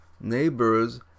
neighbors